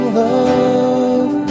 love